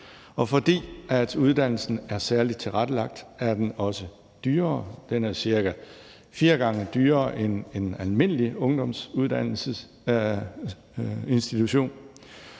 Og fordi uddannelsen er særligt tilrettelagt, er den også dyrere. Den er cirka fire gange så dyr som en almindelig ungdomsuddannelse, og